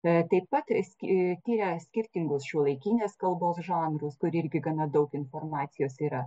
taip pat ski tiria skirtingus šiuolaikinės kalbos žanrus kur irgi gana daug informacijos yra